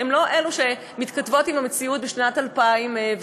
הן לא מתכתבות עם המציאות בשנת 2017,